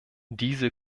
diese